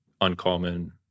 uncommon